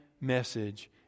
message